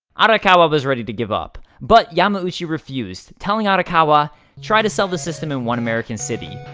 arakawa was ready to give up, but yamauchi refused, telling arakawa try to sell the system in one american city.